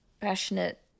passionate